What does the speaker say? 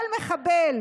כל מחבל